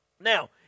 Now